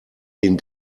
den